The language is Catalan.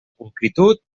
pulcritud